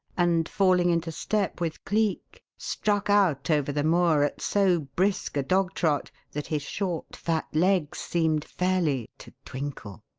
and, falling into step with cleek, struck out over the moor at so brisk a dog trot that his short, fat legs seemed fairly to twinkle.